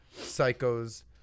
psychos